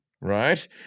right